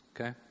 Okay